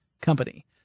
company